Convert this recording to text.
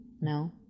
No